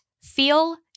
feel